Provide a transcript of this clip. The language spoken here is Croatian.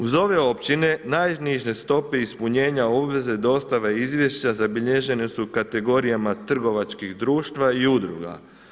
Uz ove općine najniže stope ispunjenja obveze dostave izvješća zabilježene su u kategorijama trgovačkih društva i udruga.